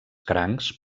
crancs